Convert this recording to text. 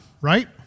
right